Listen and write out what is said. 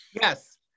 Yes